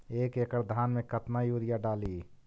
एक एकड़ धान मे कतना यूरिया डाली?